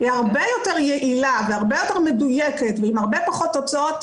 היא הרבה יותר יעילה והרבה יותר מדויקת ועם הרבה פחות תוצאות